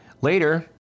Later